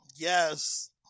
Yes